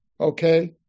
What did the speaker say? okay